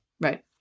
right